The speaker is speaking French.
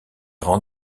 rangs